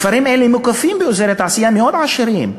כפרים אלה מוקפים באזורי תעשייה מאוד עשירים,